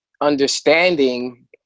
understanding